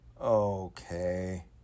Okay